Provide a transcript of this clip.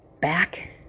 Back